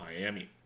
Miami